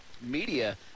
media